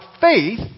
faith